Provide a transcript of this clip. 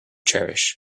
cherish